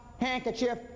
handkerchief